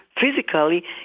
physically